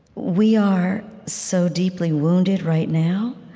we are so deeply wounded right now